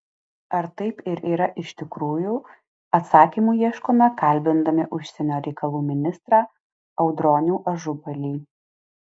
ar taip ir yra iš tikrųjų atsakymų ieškome kalbindami užsienio reikalų ministrą audronių ažubalį